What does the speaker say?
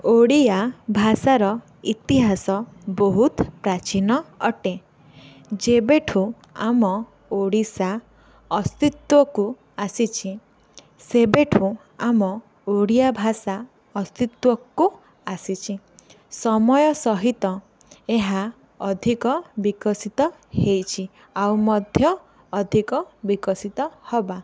ଓଡ଼ିଆ ଭାଷାର ଇତିହାସ ବହୁତ ପ୍ରାଚୀନ ଅଟେ ଯେବେଠାରୁ ଆମ ଓଡ଼ିଶା ଅସ୍ତିତ୍ଵକୁ ଆସିଛି ସେବେଠାରୁ ଆମ ଓଡ଼ିଆ ଭାଷା ଅସ୍ତିତ୍ୱକୁ ଆସିଛି ସମୟ ସହିତ ଏହା ଅଧିକ ବିକଶିତ ହୋଇଛି ଆଉ ମଧ୍ୟ ଅଧିକ ବିକଶିତ ହେବା